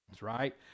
right